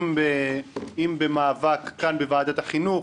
אם במאבק כאן בוועדת החינוך,